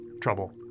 trouble